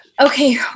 okay